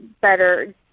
Better